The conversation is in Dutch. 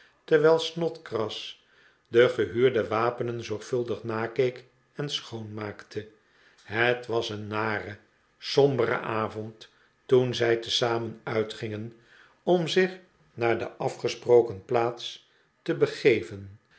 terwijl snodgrass de gehuurde wapenen zorgvuldig nakeek en schoonmaakte het was een nare sombere avond toen zij tezamen uitgingen om zich naar de afgesproken plaats te begeven